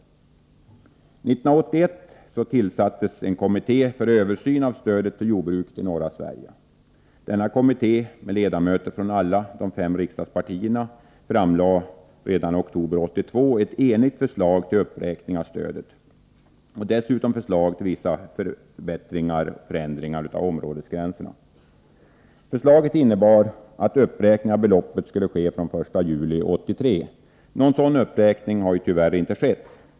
1981 tillsattes en kommitté för översyn av stödet till jordbruket i norra Sverige. Denna kommitté med ledamöter från alla de fem riksdagspartierna framlade redan i oktober 1982 ett enigt förslag till uppräkning av stödet och dessutom förslag till vissa förändringar av områdesgränserna. Förslaget innebar att uppräkning av beloppet skulle ske från den 1 juli 1983. Någon sådan uppräkning har ju tyvärr inte skett.